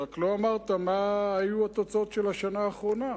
רק לא אמרת מה היו התוצאות של השנה האחרונה,